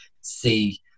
see